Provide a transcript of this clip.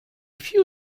few